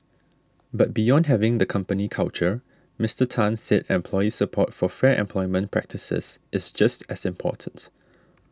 but beyond having the company culture Mister Tan said employee support for fair employment practices is just as important